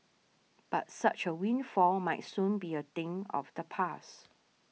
but such a windfall might soon be a thing of the past